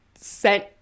sent